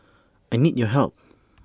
I need your help